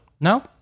No